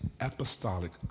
apostolic